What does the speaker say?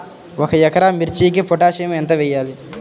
ఒక ఎకరా మిర్చీకి పొటాషియం ఎంత వెయ్యాలి?